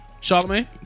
Charlemagne